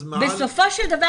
בסופו של דבר,